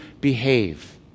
behave